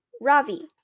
Ravi